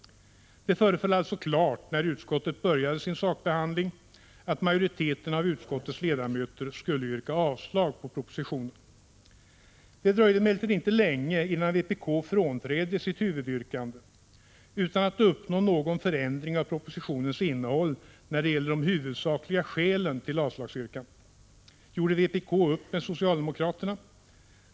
Det föreföll alltså klart, när utskottet började sin sakbehandling, att majoriteten av utskottets ledamöter skulle yrka avslag på propositionen. Det dröjde emellertid inte länge innan vpk frånträdde sitt huvudyrkande. Utan att uppnå någon förändring av propositionens innehåll när det gäller de huvudsakliga skälen till avslagsyrkandet, gjorde vpk upp med socialdemokraterna.